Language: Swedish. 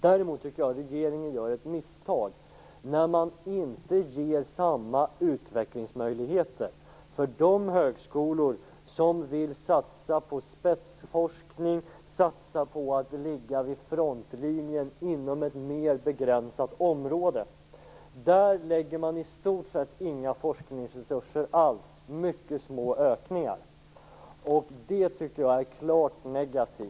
Däremot tycker jag att regeringen gör ett misstag när man inte ger samma utvecklingsmöjligheter för de högskolor som vill satsa på spetsforskning, på att ligga vid frontlinjen inom ett mer begränsat område. Där lägger man i stort sett inte in några forskningsresurser alls. Det är fråga om mycket små ökningar. Jag tycker att det är klart negativt.